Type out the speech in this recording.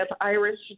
Irish